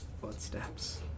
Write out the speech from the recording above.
footsteps